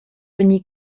vegnir